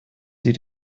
sie